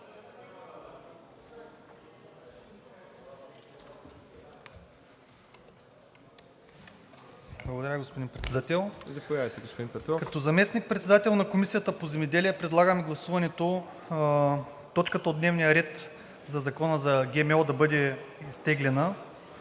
Благодаря, господин Председател. Като заместник-председател на Комисията по земеделие предлагам точката от дневния ред на Закона за ГМО да бъде изтеглена,